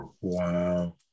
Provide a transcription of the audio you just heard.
Wow